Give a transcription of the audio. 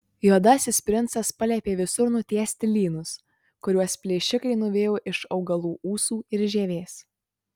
juodasis princas paliepė visur nutiesti lynus kuriuos plėšikai nuvijo iš augalų ūsų ir žievės